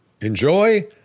enjoy